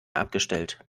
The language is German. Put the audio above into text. abgestellt